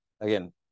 again